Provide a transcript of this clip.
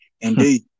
indeed